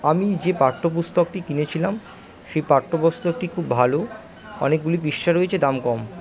আমি যে পাঠ্যপুস্তকটি কিনেছিলাম সেই পাঠ্যপুস্তকটি খুব ভালো অনেকগুলি পৃষ্ঠা রয়েছে দাম কম